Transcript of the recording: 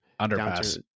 Underpass